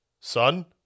Son